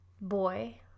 boy